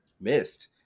missed